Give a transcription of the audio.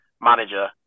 manager